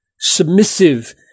submissive